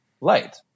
light